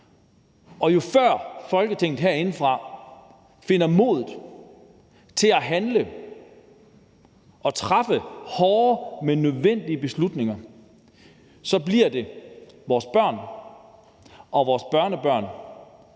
og hvis ikke Folketinget herinde finder modet til at handle og træffe hårde, men nødvendige beslutninger, bliver det vores børn og vores børnebørn,